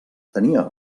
tenia